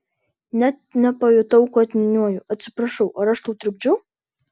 net nepajutau kad niūniuoju atsiprašau ar aš tau trukdžiau